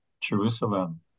Jerusalem